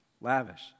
lavish